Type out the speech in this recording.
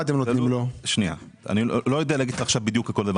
אני לא יודע להגיד לך בדיוק כל דבר.